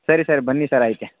ಸರಿ ಸರ್ ಬನ್ನಿ ಸರ್ ಐತೆ